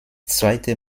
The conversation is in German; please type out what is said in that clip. zweite